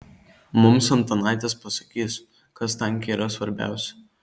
mums antanaitis pasakys kas tanke yra svarbiausia